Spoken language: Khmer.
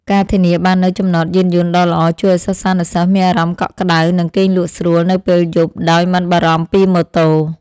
ការធានាបាននូវចំណតយានយន្តដ៏ល្អជួយឱ្យសិស្សានុសិស្សមានអារម្មណ៍កក់ក្តៅនិងគេងលក់ស្រួលនៅពេលយប់ដោយមិនបារម្ភពីម៉ូតូ។